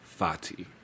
Fati